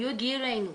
הגיעו אלינו,